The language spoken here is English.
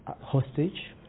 hostage